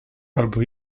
albo